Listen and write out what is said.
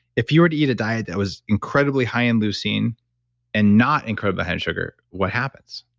if you were to eat a diet that was incredibly high in leucine and not incredibly high in sugar, what happens?